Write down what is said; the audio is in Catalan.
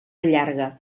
llarga